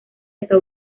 está